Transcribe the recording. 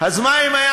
אז מה אם היה